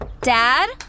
Dad